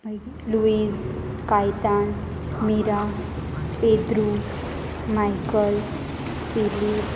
मागी लुईज कायतान मिरा पेद्रू मायकल फिलीप